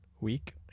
week